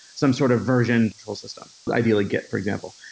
some sort of version control system, ideally git, for example.